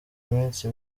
iminsi